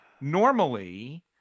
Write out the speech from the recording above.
Normally